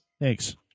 Thanks